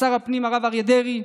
שר הפנים הרב אריה דרעי,